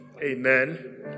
Amen